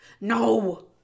No